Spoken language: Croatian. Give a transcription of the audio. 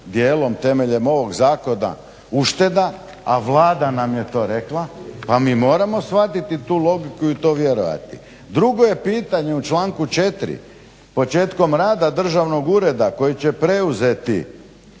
dijelom temeljem ovog zakona, ušteda a Vlada nam je to rekla, pa mi moramo shvatiti tu logiku i u to vjerovati. Drugo je pitanje u članku 4. početkom rada državnog ureda koji će preuzeti